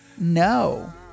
no